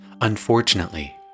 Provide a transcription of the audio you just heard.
Unfortunately